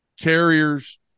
carriers